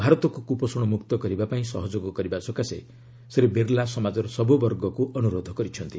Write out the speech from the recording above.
ଭାରତକୁ କୁପୋଷଣ ମୁକ୍ତ କରିବା ପାଇଁ ସହଯୋଗ କରିବା ସକାଶେ ଶ୍ରୀ ବିର୍ଲା ସମାଜର ସବୁ ବର୍ଗକୁ ଅନୁରୋଧ କରିଛନ୍ତି